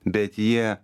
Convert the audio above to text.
bet jie